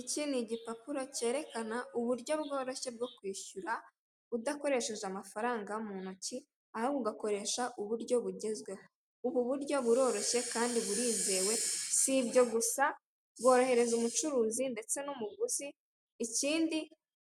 Iki ni igipapu cyerekana uburyo bworoshye bwo kwishyura udakoresheje amafaranga mu ntoki, ahubwo ugakoresha uburyo bugezweho, ubu buryo buroroshye kandi burizewe, si ibyo gusa bworohereza umucuruzi ndetse n'umuguzi. Ikindi